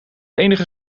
enige